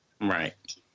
Right